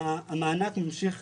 המענק ממשיך